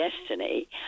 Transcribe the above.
destiny